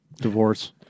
Divorce